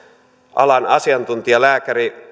alan asiantuntijalääkäri